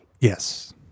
yes